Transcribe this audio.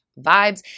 vibes